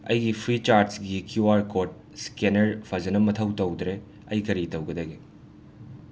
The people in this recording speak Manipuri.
ꯑꯩꯒꯤ ꯐ꯭ꯔꯤꯆꯥꯔꯖꯒꯤ ꯀ꯭ꯌꯨ ꯑꯥꯔ ꯀꯣꯠ ꯁ꯭ꯀꯦꯅꯔ ꯐꯖꯅ ꯃꯊꯧ ꯇꯧꯗ꯭ꯔꯦ ꯑꯩ ꯀꯔꯤ ꯇꯧꯒꯗꯒꯦ